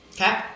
okay